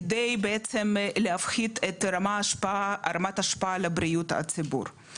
כדי בעצם להפחית את רמת ההשפעה על בריאות הציבור.